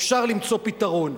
אפשר למצוא פתרון.